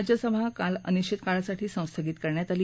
राज्यसभा काल अनिश्वित काळासाठी संस्थगित करण्यात आली